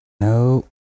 No